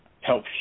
help